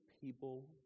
people